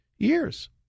years